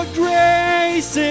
grace